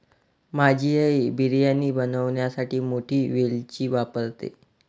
माझी आई बिर्याणी बनवण्यासाठी मोठी वेलची वापरते